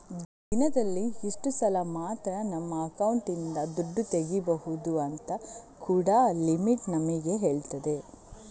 ದಿನದಲ್ಲಿ ಇಷ್ಟು ಸಲ ಮಾತ್ರ ನಮ್ಮ ಅಕೌಂಟಿನಿಂದ ದುಡ್ಡು ತೆಗೀಬಹುದು ಅಂತ ಕೂಡಾ ಲಿಮಿಟ್ ನಮಿಗೆ ಹೇಳ್ತದೆ